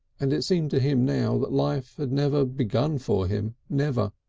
and it seemed to him now that life had never begun for him, never!